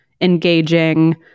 engaging